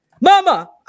mama